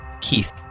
Keith